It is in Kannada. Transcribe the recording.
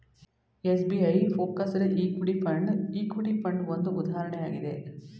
SBI focused equity fund, equity fund ಒಂದು ಉದಾಹರಣೆ ಆಗಿದೆ